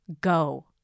go